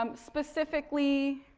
um specifically,